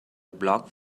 blocked